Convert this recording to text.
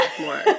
More